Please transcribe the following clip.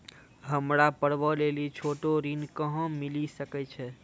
हमरा पर्वो लेली छोटो ऋण कहां मिली सकै छै?